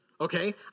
okay